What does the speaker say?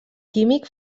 químic